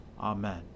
Amen